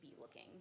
looking